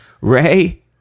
Ray